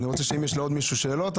אני רוצה שאם יש לעוד מישהו שאלות,